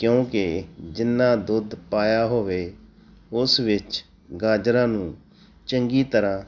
ਕਿਉਂਕਿ ਜਿੰਨਾ ਦੁੱਧ ਪਾਇਆ ਹੋਵੇ ਉਸ ਵਿੱਚ ਗਾਜਰਾਂ ਨੂੰ ਚੰਗੀ ਤਰ੍ਹਾਂ